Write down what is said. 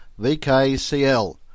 VKCL